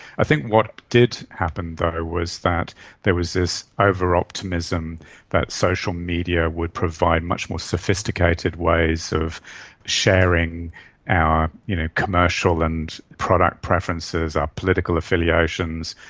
i think what did happen though was that there was this overoptimism that social media would provide much more sophisticated ways of sharing our you know commercial and product preferences, our political affiliations,